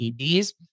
EDs